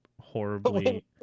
horribly